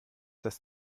das